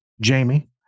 Jamie